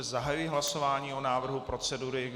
Zahajuji hlasování o návrhu procedury.